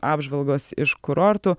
apžvalgos iš kurortų